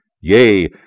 yea